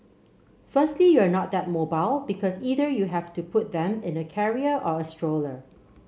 firstly you're not that mobile because either you have to put them in a carrier or a stroller